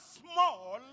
small